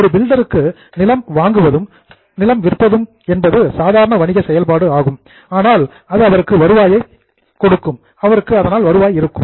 ஒரு பில்டருக்கு நிலம் பையிங் வாங்குவது மற்றும் செல்லிங் விற்பது என்பது சாதாரண வணிக செயல்பாடு என்று கூறலாம் அது அவருக்கு வருவாயாக இருக்கும்